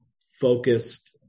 focused